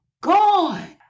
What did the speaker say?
gone